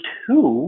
two